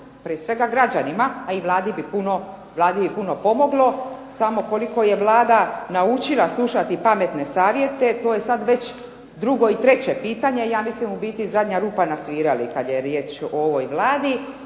prije svega građanima a i Vladi bi puno pomoglo, samo koliko je Vlada naučila slušati pametne savjete to je sad već drugo i treće pitanje, ja mislim u biti zadnja rupa na svirali kad je riječ o ovoj Vladi